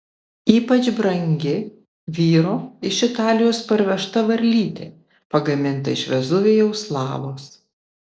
ypač brangi vyro iš italijos parvežta varlytė pagaminta iš vezuvijaus lavos